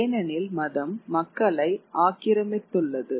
ஏனெனில் மதம் மக்களை ஆக்கிரமித்துள்ளது